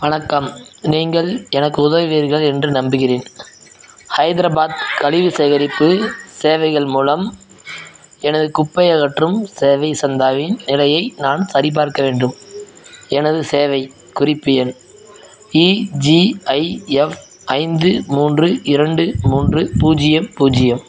வணக்கம் நீங்கள் எனக்கு உதவுவீர்கள் என்று நம்புகிறேன் ஹைதராபாத் கழிவு சேகரிப்பு சேவைகள் மூலம் எனது குப்பை அகற்றும் சேவை சந்தாவின் நிலையை நான் சரிபார்க்க வேண்டும் எனது சேவை குறிப்பு எண் இஜிஐஎஃப் ஐந்து மூன்று இரண்டு மூன்று பூஜ்ஜியம் பூஜ்ஜியம்